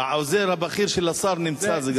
העוזר הבכיר של השר נמצא, זה גם טוב.